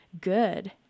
good